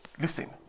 Listen